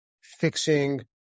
fixing